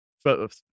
first